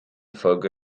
folge